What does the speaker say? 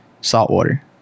saltwater